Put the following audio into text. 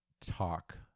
talk